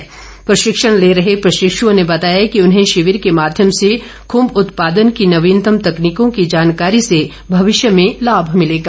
इस बीच प्रशिक्षण ले रहे प्रशिक्षुओं ने बताया कि उन्हें शिविर के माध्यम से खुम्ब उत्पादन की नवीनतम तकनीकों की जानकारी से भविष्य में लाभ मिलेगा